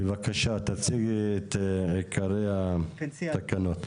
בבקשה, תציגי את עיקרי התקנות.